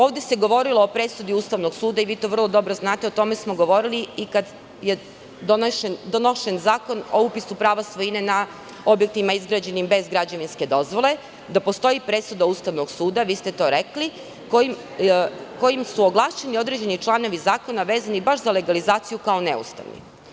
Ovde se govorilo i presudi Ustavnog suda i vi to vrlo dobro znate, o tome smo govorili i kada je donošen Zakon o upisu prava svojine na objektima izgrađenim bez građevinske dozvole, da postoji presuda Ustavnog suda, vi ste to rekli, kojim su ovlašćeni određeni članovi zakona vezani baš za legalizaciju, kao neustavni.